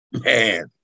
Man